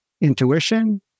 intuition